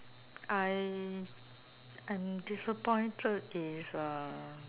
I I'm disappointed is uh